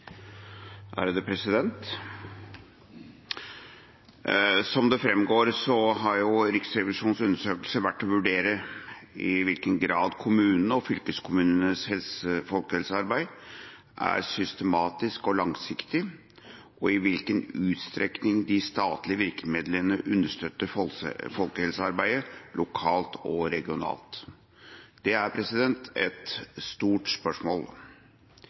Som det framgår, har Riksrevisjonens undersøkelse vært å vurdere i hvilken grad kommunenes og fylkeskommunenes folkehelsearbeid er systematisk og langsiktig, og i hvilken utstrekning de statlige virkemidlene understøtter folkehelsearbeidet lokalt og regionalt. Det er et stort spørsmål.